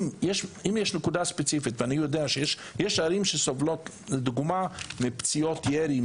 אם יש נקודה ספציפית ואני יודע שיש ערים שסובלות לדוגמה מפציעות ירי,